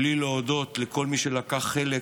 בלי להודות לכל מי שלקח חלק